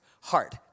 heart